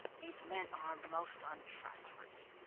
these men are most untrustworthy.